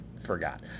forgot